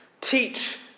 teach